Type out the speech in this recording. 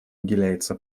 уделяется